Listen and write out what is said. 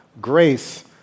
grace